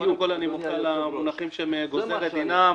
קודם כול, אני מוחה על המונחים של "גוזר את דינם".